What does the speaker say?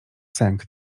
sęk